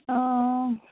অঁ